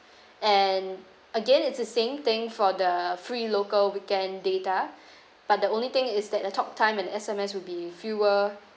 and again it's the same thing for the free local weekend data but the only thing is that the talk time and S_M_S will be fewer